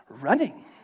running